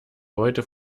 heute